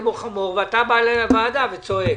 הכל עבר לאוצר.